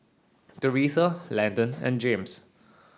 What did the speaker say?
Doretha Landen and James